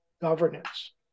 governance